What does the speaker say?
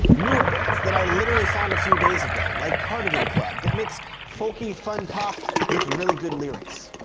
newer bands, that i literally found a few days ago like cardigan club, that makes folky fun pop with really good lyrics.